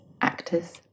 Actors